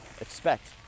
expect